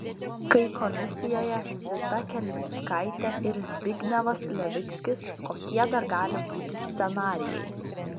kai komisijoje zita kelmickaite ir zbignevas levickis kokie dar gali būti scenarijai